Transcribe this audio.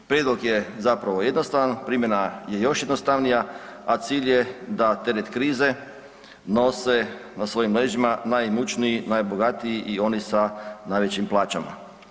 Prijedlog je zapravo jednostavan, primjena je još jednostavnija, a cilj je da teret krize nose na svojim leđima najimućniji, najbogatiji i oni sa najvećim plaćama.